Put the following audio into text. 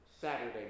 Saturday